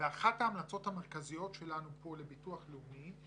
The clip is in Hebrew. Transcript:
אחת ההמלצות המרכזיות שלנו כאן לביטוח לאומי היא